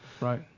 Right